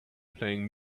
playing